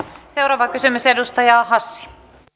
seuraava kysymys edustaja hassi